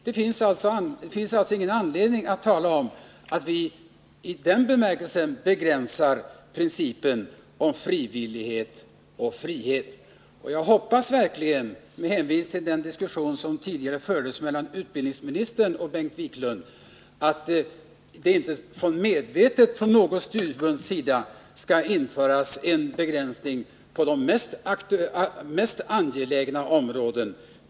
Det finns alltså ingen anledning att tala om att vi i den bemärkelsen begränsar principen om frivillighet och frihet. Med hänvisning till den diskussion som tidigare fördes mellan utbildningsministern och Bengt Wiklund hoppas jag verkligen att något studieförbund inte avsiktligt skall införa en begränsning på något av de mest angelägna områdena.